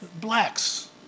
blacks